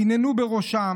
והנהנו בראשם,